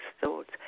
thoughts